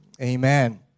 Amen